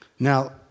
Now